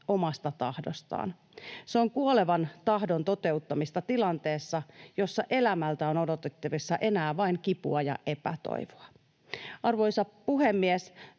omasta tahdostaan. Se on kuolevan tahdon toteuttamista tilanteessa, jossa elämältä on odotettavissa enää vain kipua ja epätoivoa. Arvoisa puhemies!